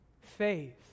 Faith